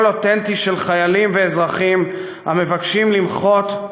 קול אותנטי של חיילים ואזרחים המבקשים למחות,